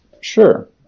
Sure